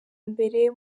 mbere